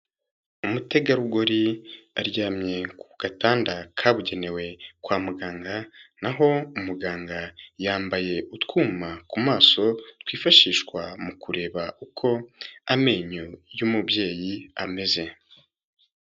Umutegarugori aryamye ku gatanda kabugenewe kwa muganga, naho umuganga yambaye utwuma ku maso twifashishwa mu kureba uko amenyo y'umubyeyi ameze.